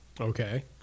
Okay